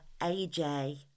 AJ